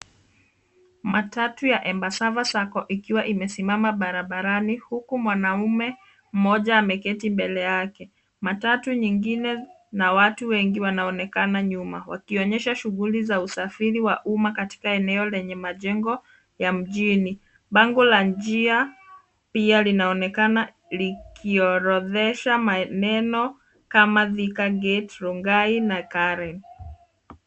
Matau ya Embassava Sacco ikiwa imesimama barabarani huku mwanaume mmoja ameketi mbele yake. Matatu nyingine na watu wengi wanaonekana nyuma wakionyesha shughuli za usafiri wa umma katika eneo lenye majnego mjini. Bango la njia pia linaonekana likioredesha maneno kama Thika Gate, Rongai na Karen.